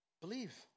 Believe